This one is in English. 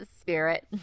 spirit